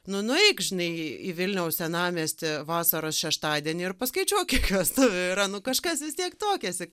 nu nueik žinai į į vilniaus senamiestį vasaros šeštadienį ir paskaičiuok kiek vestuvių yra nu kažkas vis tiek tuokiasi